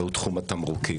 והוא תחום התמרוקים,